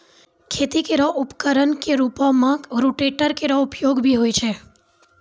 खेती केरो उपकरण क रूपों में रोटेटर केरो उपयोग भी होय छै